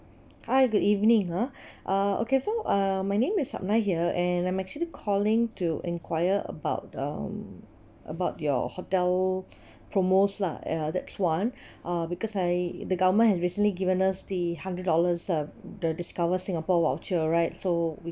hi good evening ah uh okay so uh my name is subni here and I'm actually calling to enquire about um about your hotel promos lah uh that's one uh because I the government has recently given us the hundred dollars um the discover singapore voucher right so we